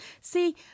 See